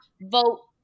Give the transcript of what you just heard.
vote